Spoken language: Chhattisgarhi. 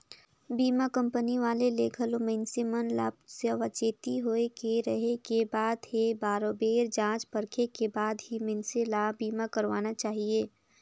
बीमा कंपनी वाले ले घलो मइनसे मन ल सावाचेती होय के रहें के बात हे बरोबेर जॉच परखे के बाद ही मइनसे ल बीमा करवाना चाहिये